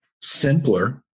simpler